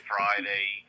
Friday